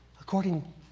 According